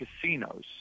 casinos